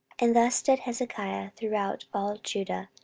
and thus did hezekiah throughout all judah,